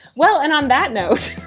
well, and on that note.